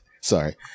Sorry